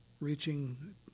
Reaching